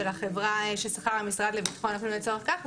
החברה ששכר המשרד לביטחון הפנים לצורך כך,